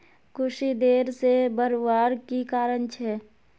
कुशी देर से बढ़वार की कारण छे?